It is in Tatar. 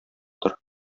тор